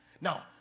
Now